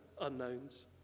unknowns